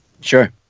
Sure